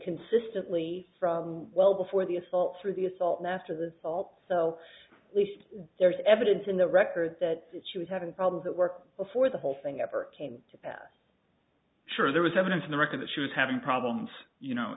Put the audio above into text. consistently well before the assault through the assault masters assault so at least there is evidence in the record that she was having problems at work before the whole thing ever came to pass sure there was evidence in the record that she was having problems you know